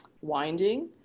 winding